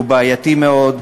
בעייתי מאוד,